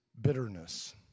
bitterness